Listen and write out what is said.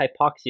hypoxia